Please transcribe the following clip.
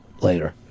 later